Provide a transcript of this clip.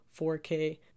4K